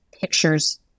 pictures